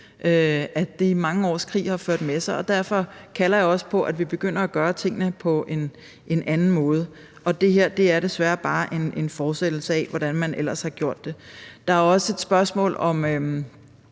at de mange års krig har ført med sig. Og derfor kalder jeg også på, at vi begynder at gøre tingene på en anden måde. Det her er desværre bare en fortsættelse af den måde, man ellers har gjort det på. Der er også et spørgsmål,